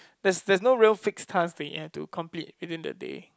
there's there's no real fixed task that you have to complete within the day